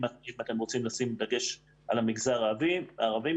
אם אתם רוצים לשים דגש על המגזר הערבי,